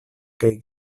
kaj